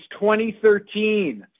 2013